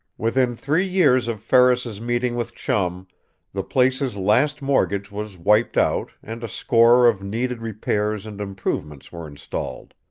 within three years of ferris's meeting with chum the place's last mortgage was wiped out and a score of needed repairs and improvements were installed.